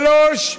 שלושה,